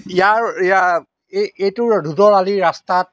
ইয়াৰ এইয়া এই এইটো ধোদৰ আলি ৰাস্তাত